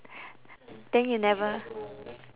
then you never